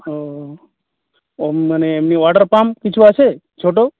ও ও মানে এমনি ওয়াটার পাম্প কিছু আছে ছোটো